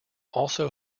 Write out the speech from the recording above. also